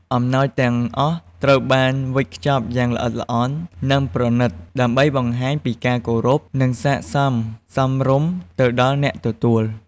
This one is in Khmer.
អំណោយទាំងអស់ត្រូវបានវេចខ្ចប់យ៉ាងល្អិតល្អន់ និងប្រណិត ដើម្បីបង្ហាញពីការគោរព និងកិតិ្ដសក្ដិសមរម្យទៅដល់អ្នកទទួល។